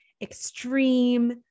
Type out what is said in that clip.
extreme